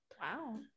Wow